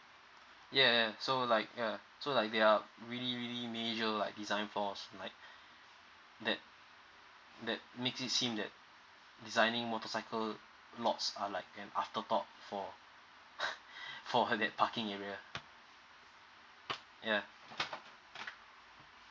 yeah so like yeah so like they are really really major like design faults like that that makes it seems that designing motorcycle lots are like an after thought for for that parking area yeah